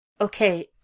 Okay